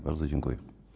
Bardzo dziękuję.